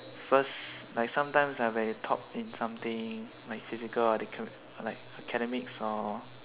first like sometimes ah when you top in something like physical acad~ like in academics or